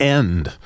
end